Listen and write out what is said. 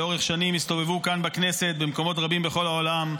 שלאורך שנים הסתובבו כאן בכנסת ובמקומות רבים בכל העולם,